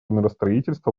миростроительства